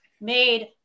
made